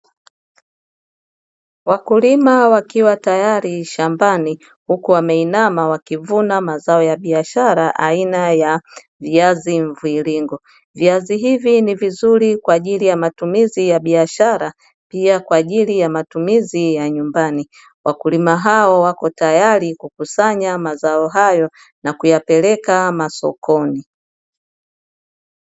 Wakulima wakiwa tayari shambani huku wameinama wakivuna mazao ya biashara aina ya viazi mviringo. Viazi hivi ni vizuri kwa ajili ya matumizi ya biashara pia kwa ajili ya matumizi ya nyumbani. Wakulima hao wako tayari kukusanya mazao hayo na kuyapeleka sokoni.